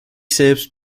selbst